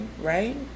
right